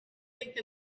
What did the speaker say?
think